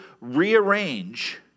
rearrange